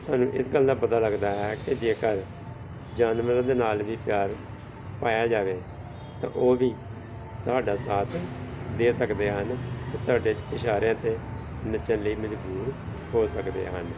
ਸਾਨੂੰ ਇਸ ਗੱਲ ਦਾ ਪਤਾ ਲੱਗਦਾ ਹੈ ਕਿ ਜੇਕਰ ਜਾਨਵਰਾਂ ਦੇ ਨਾਲ ਵੀ ਪਿਆਰ ਪਾਇਆ ਜਾਵੇ ਤਾਂ ਉਹ ਵੀ ਤੁਹਾਡਾ ਸਾਥ ਦੇ ਸਕਦੇ ਹਨ ਅਤੇ ਤੁਹਾਡੇ ਇਸ਼ਾਰਿਆਂ 'ਤੇ ਨੱਚਣ ਲਈ ਮਜ਼ਬੂਰ ਹੋ ਸਕਦੇ ਹਨ